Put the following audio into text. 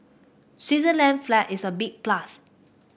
Switzerland flag is a big plus